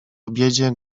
obiedzie